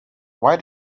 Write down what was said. why